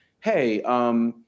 hey